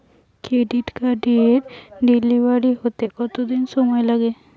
Credit কার্ডের delivery হতে কতদিন সময় লাগে?